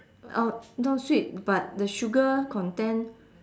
oh not sweet but the sugar content